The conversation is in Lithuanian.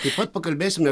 taip pat pakalbėsime